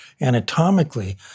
anatomically